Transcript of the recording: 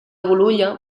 bolulla